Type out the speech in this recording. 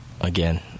Again